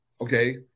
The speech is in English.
okay